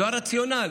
זה הרציונל.